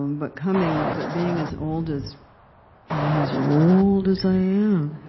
um but coming but being as old as being as old as i am